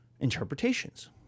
interpretations